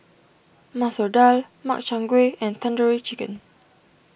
Masoor Dal Makchang Gui and Tandoori Chicken